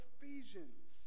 Ephesians